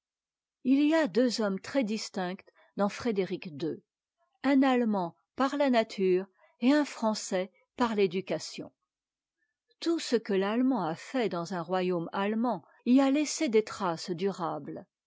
i y a deux hommes très distincts dans frédéric ii un allemand par la nature et un français par l'éducation tout ce que l'allemand a fait dans un royaume allemand y a laissé des traces durables